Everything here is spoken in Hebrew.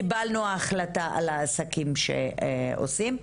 קיבלנו החלטה על העסקים שעושים.